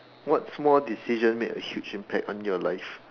what small decision made a huge impact on your life